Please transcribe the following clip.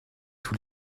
tous